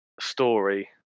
story